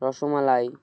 rasmalai